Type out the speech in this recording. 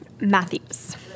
Matthews